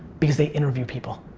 because they interview people.